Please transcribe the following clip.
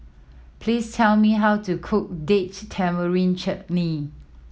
please tell me how to cook Date Tamarind Chutney